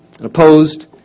opposed